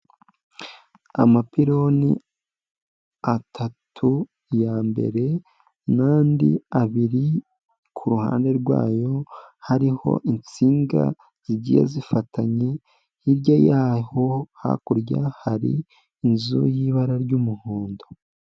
Amapironi atatu ya mbere n'andi abiri, ku ruhande rwayo hariho insinga zigiye zifatanye, hirya y'aho hakurya hari inzu y'ibara ry'umuhondo.